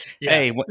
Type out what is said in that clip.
hey